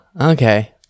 okay